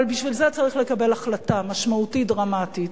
אבל בשביל זה צריך לקבל החלטה משמעותית, דרמטית,